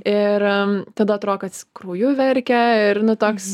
ir tada atrodo kad jis krauju verkia ir nu toks